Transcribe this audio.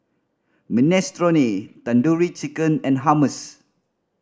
Minestrone Tandoori Chicken and Hummus